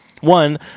One